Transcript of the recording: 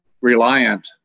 reliant